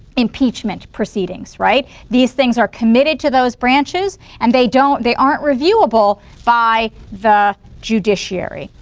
impeachment proceedings, right? these things are committed to those branches and they don't they aren't reviewable by the judiciary.